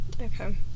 Okay